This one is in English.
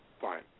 fine